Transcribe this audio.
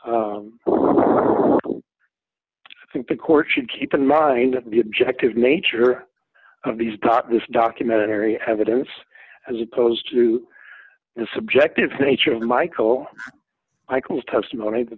e think the court should keep in mind the objective nature of these tatis documentary evidence as opposed to the subjective nature of michael icons testimony